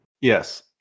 Yes